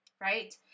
Right